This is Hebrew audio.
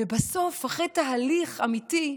ובסוף, אחרי תהליך אמיתי,